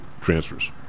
transfers